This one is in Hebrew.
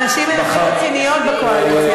הנשים הן הכי רציניות בקואליציה.